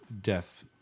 death